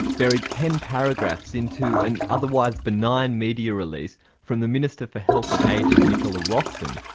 buried ten paragraphs into an otherwise benign media release from the minister for health and ageing, nicola roxon,